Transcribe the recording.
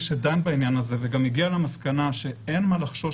שדן בעניין הזה וגם הגיע למסקנה שאין מה לחשוש